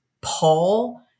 Paul